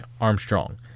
Armstrong